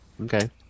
Okay